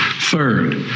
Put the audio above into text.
Third